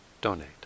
donate